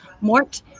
Mort